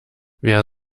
wer